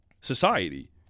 society